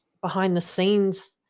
behind-the-scenes